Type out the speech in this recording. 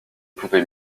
pouvais